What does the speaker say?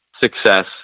success